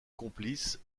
complice